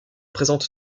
présente